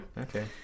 Okay